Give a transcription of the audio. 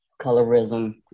colorism